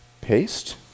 Paste